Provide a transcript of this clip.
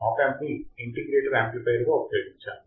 ఆప్ amp ని integrator amplifier గా ఉపయోగించాము